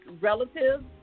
relatives